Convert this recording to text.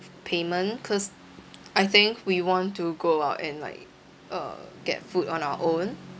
payment cause I think we want to go out and like uh get food on our own